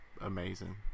amazing